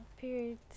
Period